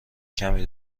کمی